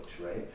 right